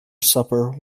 supper